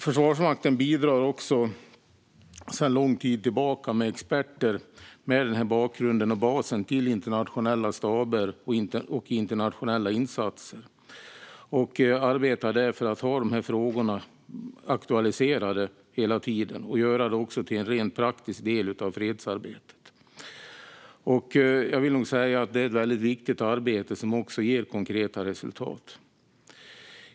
Försvarsmakten bidrar också sedan lång tid tillbaka med experter med den här bakgrunden och basen till internationella staber och internationella insatser och arbetar där för att ha dessa frågor aktualiserade hela tiden och också göra det till en rent praktisk del av fredsarbetet. Jag vill nog säga att det är ett väldigt viktigt arbete som också ger konkreta resultat.